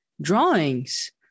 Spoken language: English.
drawings